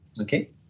Okay